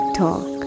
talk